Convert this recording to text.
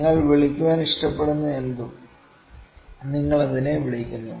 നിങ്ങൾ വിളിക്കാൻ ഇഷ്ടപ്പെടുന്നതെന്തും നിങ്ങൾ അതിനെ വിളിക്കുന്നു